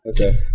Okay